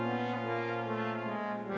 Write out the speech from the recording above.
and